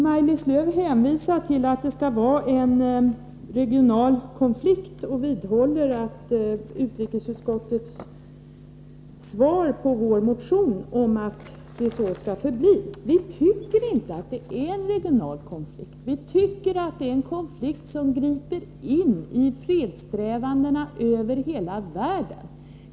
Maj-Lis Lööw hänvisar till att det skulle vara en regional konflikt och vidhåller utrikesutskottets svar på vår motion, att det så skall förbli. Vi tycker inte att det är någon regional konflikt. Vi anser att det är en konflikt som griper in i fredssträvandena över hela världen.